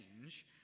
change